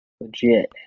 legit